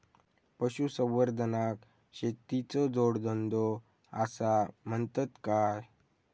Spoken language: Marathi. पशुसंवर्धनाक शेतीचो जोडधंदो आसा म्हणतत काय?